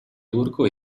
turco